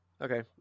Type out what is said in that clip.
Okay